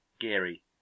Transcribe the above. Geary